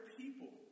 people